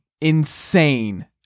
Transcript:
insane